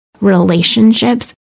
relationships